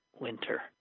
winter